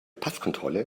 passkontrolle